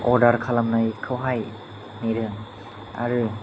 order खालामनायखौहाय नेदों आरो